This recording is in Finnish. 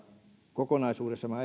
kokonaisuudessaan